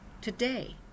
today